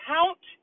Count